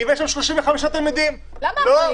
אם יש שם 35 תלמידים לא.